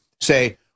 say